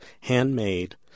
handmade